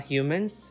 Humans